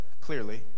clearly